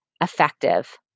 effective